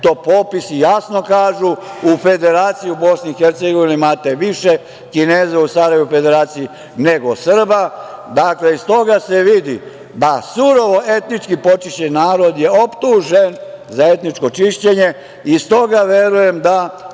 to popisi jasno kažu, u Federaciji Bosne i Hercegovine imate više Kineza u Sarajevu u Federaciji nego Srba. Dakle, iz toga se vidi da surovo etnički počišćen narod je optužen za etničko čišćenje. Stoga verujem da